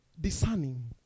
discerning